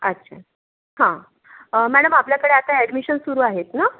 अच्छा हां अं मॅडम आपल्याकडे आता ॲडमिशन सुरू आहेत न